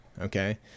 Okay